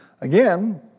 Again